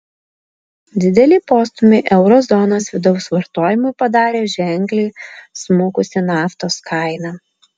didelį postūmį euro zonos vidaus vartojimui padarė ženkliai smukusi naftos kaina